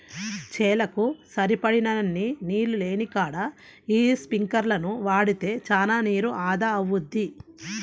చేలకు సరిపడినన్ని నీళ్ళు లేనికాడ యీ స్పింకర్లను వాడితే చానా నీరు ఆదా అవుద్ది